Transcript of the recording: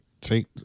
take